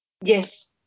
Yes